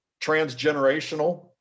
transgenerational